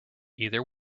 either